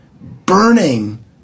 burning